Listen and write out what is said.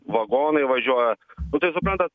vagonai važiuoja nu tai suprantat